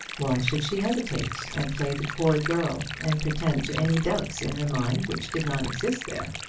why should she hesitate, and play the coy girl, and pretend to any doubts in her mind which did not exist there?